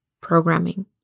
programming